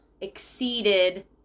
exceeded